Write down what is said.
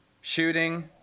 Shooting